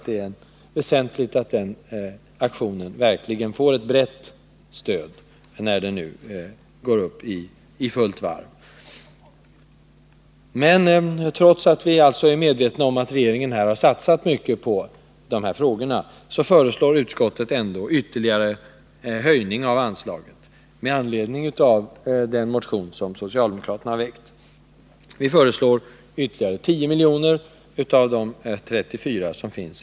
Det är väsentligt att den aktionen verkligen har ett brett stöd när den nu kommer upp i fullt varv. Trots att vi inom utskottet är medvetna om att regeringen har satsat mycket på de här frågorna, föreslår vi ändå en ytterligare höjning av anslagen med anledning av den motion som socialdemokraterna har väckt. Vi föreslår en ökning med ytterligare tio miljoner för nästa budgetår.